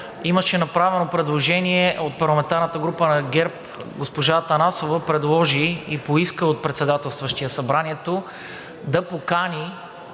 Имаше направено предложение от парламентарната група на ГЕРБ. Госпожа Атанасова предложи и поиска от председателстващия събранието да покани